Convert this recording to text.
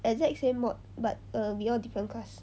exact same mod but err we all different class